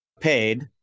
paid